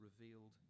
revealed